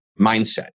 mindset